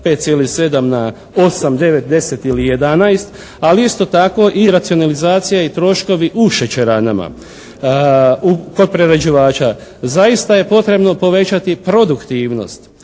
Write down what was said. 5,7 na 8, 9, 10 ili 11, ali isto tako i racionalizacija i troškovi u šećeranama kod prerađivača. Zaista je potrebno povećati produktivnost,